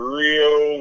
real